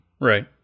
Right